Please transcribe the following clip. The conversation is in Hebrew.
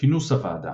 כינוס הוועדה